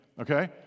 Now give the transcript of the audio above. okay